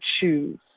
choose